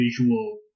visual